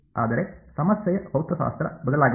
ಆದರೆ ಸಮಸ್ಯೆಯ ಭೌತಶಾಸ್ತ್ರ ಬದಲಾಗಿದೆ